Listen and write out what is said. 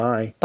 Bye